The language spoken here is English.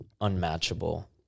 unmatchable